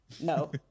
no